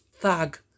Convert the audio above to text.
thug